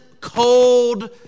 cold